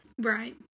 right